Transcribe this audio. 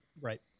Right